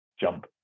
jump